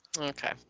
okay